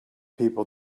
people